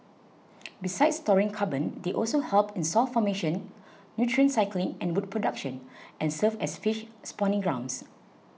besides storing carbon they also help in soil formation nutrient cycling and wood production and serve as fish spawning grounds